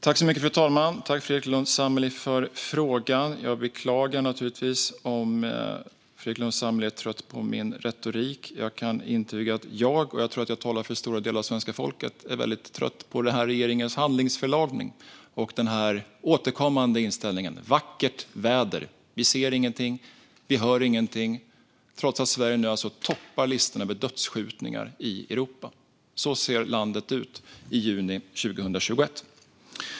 Fru talman! Tack, Fredrik Lundh Sammeli, för frågan! Jag beklagar naturligtvis om Fredrik Lundh Sammeli är trött på min retorik. Jag kan intyga att jag - och jag tror att jag talar för stora delar av svenska folket - är väldigt trött på regeringens handlingsförlamning och den återkommande inställningen: Vackert väder! Vi ser ingenting, och vi hör ingenting, trots att Sverige nu toppar listorna över dödsskjutningar i Europa. Så ser landet ut i juni 2021.